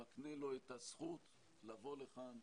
שמקנה לו את הזכות לבוא לכאן,